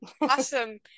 awesome